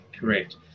Correct